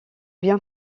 bien